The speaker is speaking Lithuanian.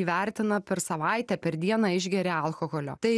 įvertina per savaitę per dieną išgeria alkoholio tai